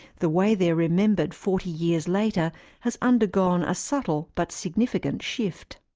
the way they are remembered forty years later has undergone a subtle but significant shift.